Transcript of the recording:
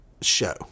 show